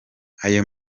ayo